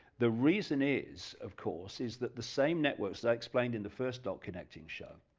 the reason is of course, is that the same networks that i explained in the first dot connecting show,